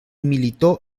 militó